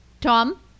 Tom